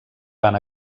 van